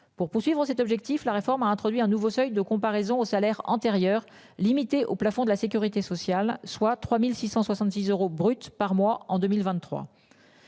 pour poursuivre cet objectif. La réforme a introduit un nouveau seuil de comparaison au salaire antérieur limitée au plafond de la Sécurité sociale, soit 3666 euros brut par mois en 2023.